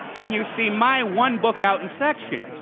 and you see my one book out in section.